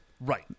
Right